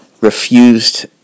refused